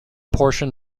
portion